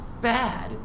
bad